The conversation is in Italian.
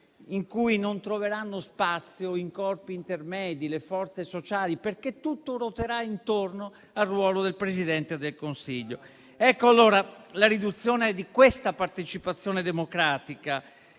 in cui non troveranno spazio i corpi intermedi, le forze sociali, perché tutto ruoterà intorno al ruolo del Presidente del Consiglio. La riduzione di questa partecipazione democratica